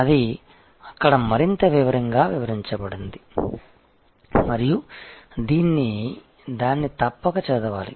అది అక్కడ మరింత వివరంగా వివరించబడింది మరియు మీరు దాన్ని తప్పక చదవాలి